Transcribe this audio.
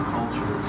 culture